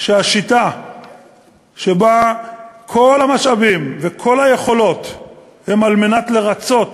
שהשיטה שבה כל המשאבים וכל היכולות הם על מנת לרצות